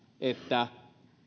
että